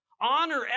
Honor